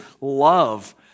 love